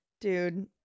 dude